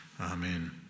Amen